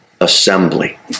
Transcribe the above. assembly